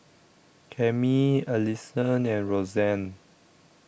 Cammie Allisson and Roxann